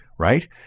Right